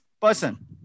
person